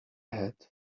head